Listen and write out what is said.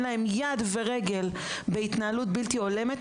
להם את יד ורגל בהתנהלות בלתי הולמת,